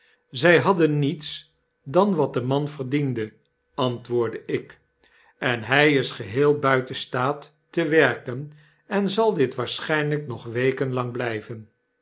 zy hadden niets dan wat de man verdiende antwoordde ik en hy is geheel buiten staat te werken en zal dit waarschynlijk nog weken lang